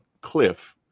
cliff